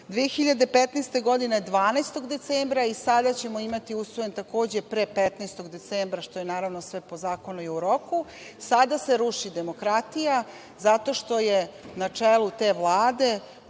2015. godine 12. decembra i sada ćemo imati usvojen, takođe pre 15. decembra, što je naravno sve po zakonu i roku, sada se ruši demokratija, zato što je na čelu te Vlade